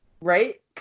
Right